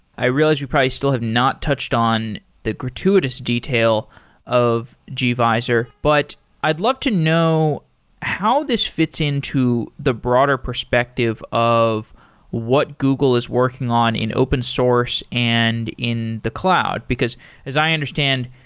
i realized we probably still have not touched on the gratuitous detail of gvisor. but i'd love to know how this fits into the broader perspective of what google is working on in open source and in the cloud. because as i understand,